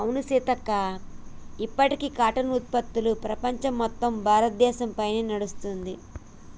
అవును సీతక్క ఇప్పటికీ కాటన్ ఉత్పత్తులు ప్రపంచం మొత్తం భారతదేశ పైనే నడుస్తుంది